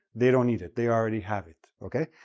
they don't need it. they already have it, okay?